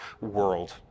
world